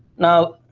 now